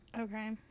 Okay